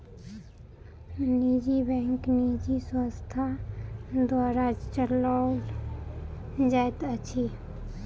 निजी बैंक निजी संस्था द्वारा चलौल जाइत अछि